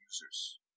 users